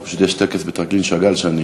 פשוט יש טקס בטרקלין שאגאל ואני